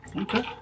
okay